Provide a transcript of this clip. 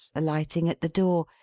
alighting at the door,